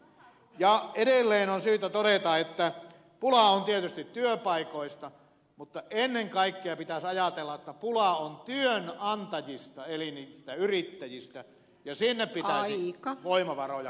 ja edelleen on syytä todeta että pulaa on tietysti työpaikoista mutta ennen kaikkea pitäisi ajatella että pulaa on työnantajista eli niistä yrittäjistä ja sinne pitäisi voimavaroja kohdentaa